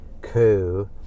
coup